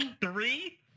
three